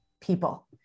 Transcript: people